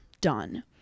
done